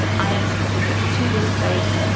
i am specific to this place,